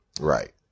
Right